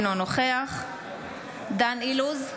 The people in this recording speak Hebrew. אינו נוכח דן אילוז,